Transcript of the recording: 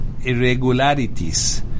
irregularities